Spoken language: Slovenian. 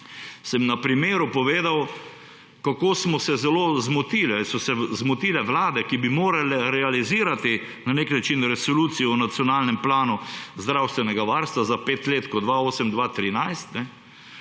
sem na primeru povedal, kako smo se zelo zmotili, so se zmotile vlade, ki bi morale realizirati na nek način Resolucijo o nacionalnem planu zdravstvenega varstva 2008–2013,